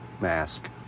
mask